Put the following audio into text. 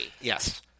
Yes